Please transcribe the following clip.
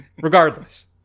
Regardless